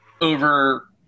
over